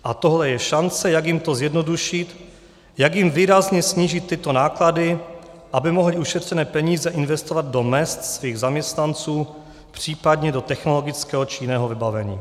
A tohle je šance, jak jim to zjednodušit, jak jim výrazně snížit tyto náklady, aby mohli ušetřené peníze investovat do mezd svých zaměstnanců, případně do technologického či jiného vybavení.